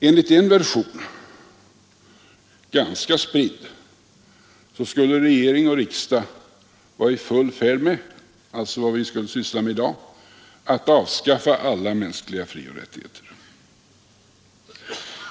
Enligt en version, ganska spridd, skulle regering och riksdag vara i full färd med — alltså vad vi skulle syssla med i dag — att ffa alla mänskliga frioch rättigheter.